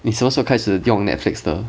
你什么时候开始用 netflix 的